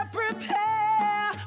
prepare